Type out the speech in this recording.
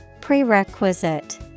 Prerequisite